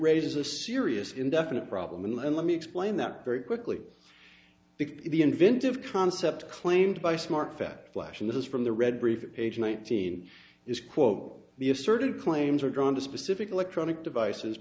raises a serious indefinite problem and let me explain that very quickly if the inventive concept claimed by smart fact flashin this is from the red brief page nineteen is quote the asserted claims are drawn to specific electronic devices